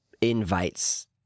invites